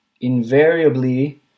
Invariably